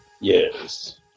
Yes